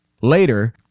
Later